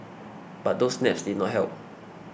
but those naps did not help